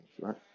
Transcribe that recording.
right